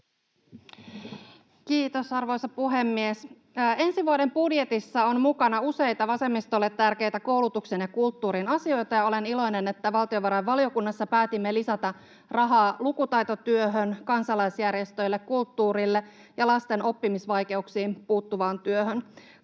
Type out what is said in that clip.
Kiitos, arvoisa puhemies! Ensi vuoden budjetissa on mukana useita vasemmistolle tärkeitä koulutuksen ja kulttuurin asioita, ja olen iloinen, että valtiovarainvaliokunnassa päätimme lisätä rahaa lukutaitotyöhön, kansalaisjärjestöille, kulttuurille ja lasten oppimisvaikeuksiin puuttuvaan työhön.